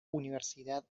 universidad